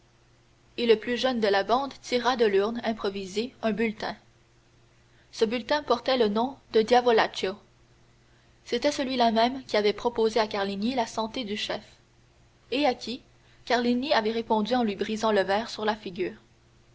et le plus jeune de la bande tira de l'urne improvisée un bulletin ce bulletin portait le nom de diavolaccio c'était celui-là même qui avait proposé à carlini la santé du chef et à qui carlini avait répondu en lui brisant le verre sur la figure